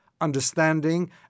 understanding